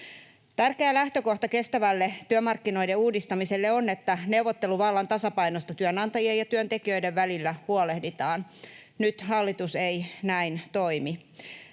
Tärkeä lähtökohta kestävälle työmarkkinoiden uudistamiselle on, että neuvotteluvallan tasapainosta työnantajien ja työntekijöiden välillä huolehditaan. Nyt hallitus ei näin toimi.